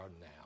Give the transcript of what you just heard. now